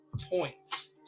points